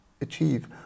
achieve